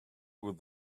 with